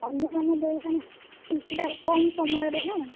ଅନ୍ୟମାନେ ଦେଉ ନାହାନ୍ତି ଏତେ କମ ସମୟରେ ନା